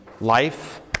life